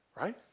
Right